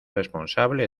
responsable